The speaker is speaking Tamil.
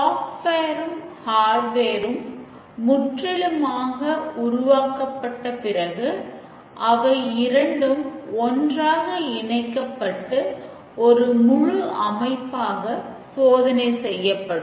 சாஃப்ட்வேர் ம் முற்றிலுமாக உருவாக்கப்பட்ட பிறகு அவை இரண்டும் ஒன்றாக இணைக்கப்பட்டு ஒரு முழு அமைப்பாக சோதனை செய்யப்படும்